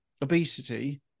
obesity